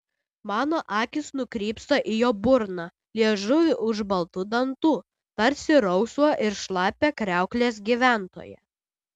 mano akys nukrypsta į jo burną liežuvį už baltų dantų tarsi rausvą ir šlapią kriauklės gyventoją